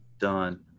Done